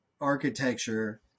architecture